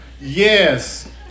yes